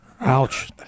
Ouch